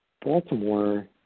Baltimore